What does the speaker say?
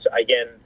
again